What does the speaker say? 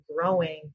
growing